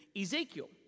Ezekiel